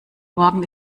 morgen